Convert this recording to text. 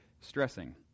stressing